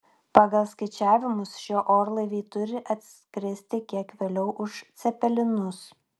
pagal skaičiavimus šie orlaiviai turi atskristi kiek vėliau už cepelinus